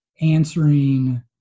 answering